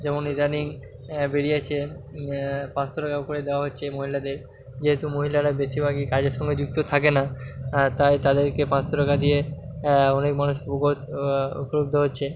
যেমন ইদানিং বেরিয়েছে পাঁচশো টাকা করে দেওয়া হচ্ছে মহিলাদের যেহেতু মহিলারা বেশিরভাগই কাজের সঙ্গে যুক্ত থাকে না তাই তাদেরকে পাঁচশো টাকা দিয়ে অনেক মানুষ উকোত হচ্ছে